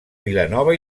vilanova